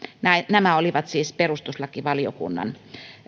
nämä olivat siis perustuslakivaliokunnan